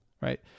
Right